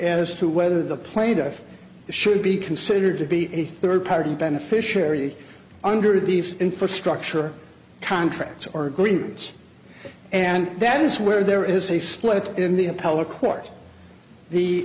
as to whether the plaintiff should be considered to be a third party beneficiary under these infrastructure contracts or agreements and that is where there is a split in the